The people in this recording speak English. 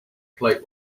plate